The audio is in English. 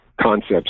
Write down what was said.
concepts